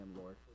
lord